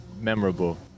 memorable